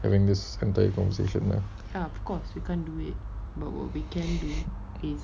during this entire conversation lah